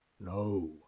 no